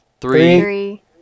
three